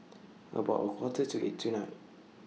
about A Quarter to eight tonight